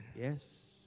Yes